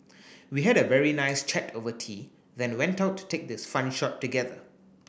we had a very nice chat over tea then went out to take this fun shot together